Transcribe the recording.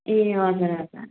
ए हजुर हजुर